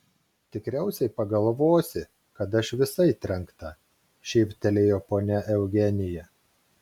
tikriausiai pagalvosi kad aš visai trenkta šyptelėjo ponia eugenija